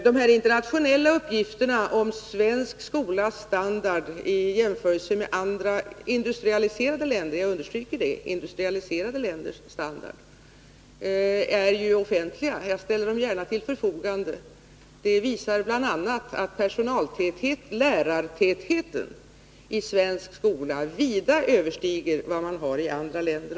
De internationella uppgifterna om den svenska skolans standard i jämförelse med standarden i andra industrialiserade länder — jag understryker att det gäller industrialiserade länder — är offentliga. Jag ställer dem gärna till förfogande. De visar bl.a. att lärartätheten i den svenska skolan vida överstiger vad som gäller i andra länder.